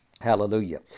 Hallelujah